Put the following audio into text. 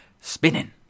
spinning